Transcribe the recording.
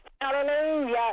Hallelujah